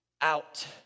out